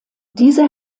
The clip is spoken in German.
diese